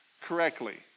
correctly